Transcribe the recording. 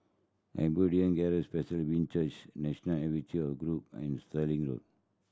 Abundant Grace Presbyterian Church National Archiven group and Stirling Road